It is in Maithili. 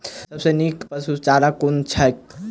सबसँ नीक पशुचारा कुन छैक?